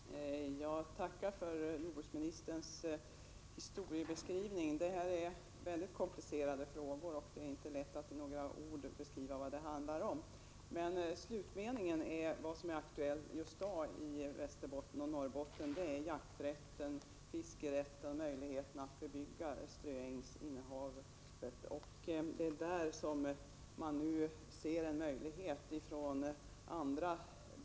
Herr talman! Jag tackar för jordbruksministerns historiebeskrivning. Det här är mycket komplicerade frågor. Det är inte lätt att med några få ord beskriva vad det handlar om. Slutmeningen i föregående inlägg är det som är aktuellt just i dag i Västerbotten och Norrbotten. Det handlar alltså om jakträtten, fiskerätten och möjligheterna att bebygga ströängar.